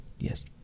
Yes